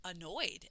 annoyed